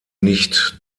nicht